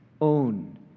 own